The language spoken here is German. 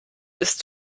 ist